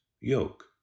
yoke